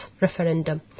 referendum